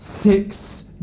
six